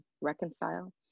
reconcile